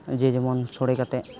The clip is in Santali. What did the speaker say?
ᱡᱮ ᱡᱮᱢᱚᱱ ᱥᱳᱲᱮ ᱠᱟᱛᱮᱫ